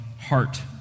heart